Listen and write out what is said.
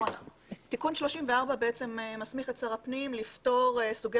תיקון 34 מסמיך את שר הפנים לפטור סוגי